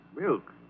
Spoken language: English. Milk